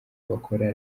bakora